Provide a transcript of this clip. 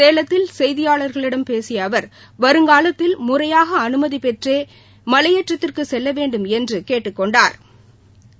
சேலத்தில் செய்தியாளர்களிடம் பேசிய அவர் வருங்காலத்தில் முறையாக அனுமதி பெற்றே மலையேற்றத்திற்கு செல்ல வேண்டும் என்று கேட்டுக்கொண்டாா்